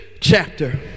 chapter